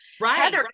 Right